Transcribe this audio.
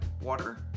water